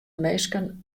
minsken